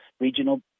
regional